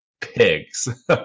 pigs